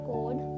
Code